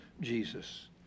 Jesus